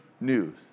news